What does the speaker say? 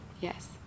Yes